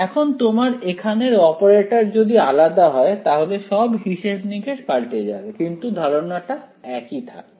এখন তোমার এখানের অপারেটর যদি আলাদা হয় তাহলে সব হিসেব নিকেশ পাল্টে যাবে কিন্তু ধারণাটা একই থাকবে